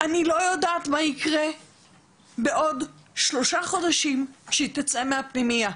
אני לא יודעת מה יקרה בעוד שלושה חודשים כשהיא תצא מהפנימייה.